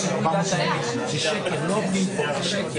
אמרתי, לא התעלמתי.